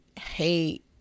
hate